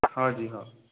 हाँ जी हाँ